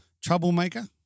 troublemaker